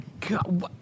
God